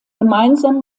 gemeinsam